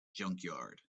junkyard